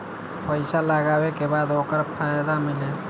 पइसा लगावे के बाद ओकर फायदा मिली